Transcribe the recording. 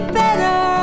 better